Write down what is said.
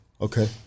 Okay